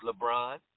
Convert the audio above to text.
LeBron